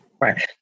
Right